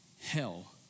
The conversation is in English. hell